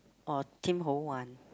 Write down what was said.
or Tim-Ho-Wan